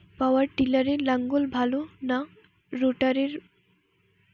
পাওয়ার টিলারে লাঙ্গল ভালো না রোটারের?